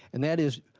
and that is,